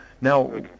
Now